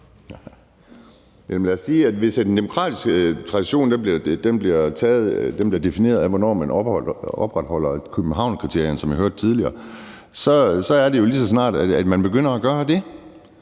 lad os sige, at hvis den demokratiske tradition bliver defineret af, hvornår man opfylder Københavnskriterierne, som jeg hørte tidligere, er det jo, lige så snart man begynder at gøre det.